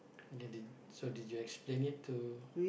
okay d~ so did you explain it to